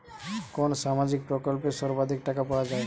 কোন সামাজিক প্রকল্পে সর্বাধিক টাকা পাওয়া য়ায়?